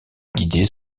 guidées